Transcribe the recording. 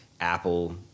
Apple